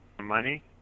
money